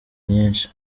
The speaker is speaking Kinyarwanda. nyinshi